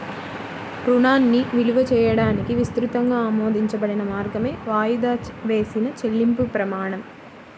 రుణాన్ని విలువ చేయడానికి విస్తృతంగా ఆమోదించబడిన మార్గమే వాయిదా వేసిన చెల్లింపు ప్రమాణం